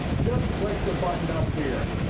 just click the button up here.